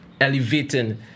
elevating